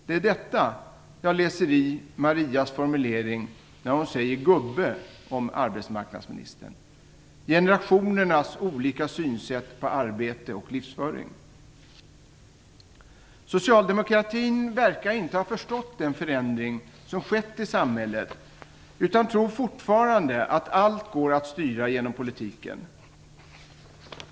Det är detta jag läser in i Marias formulering när hon säger "gubbe" om arbetsmarknadsministern - generationernas olika synsätt på arbete och livsföring. Socialdemokratin verkar inte ha förstått den förändring som skett i samhället utan tror fortfarande att allt går att styra genom politiken.